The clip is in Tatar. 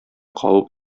кабып